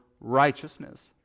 righteousness